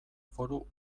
foru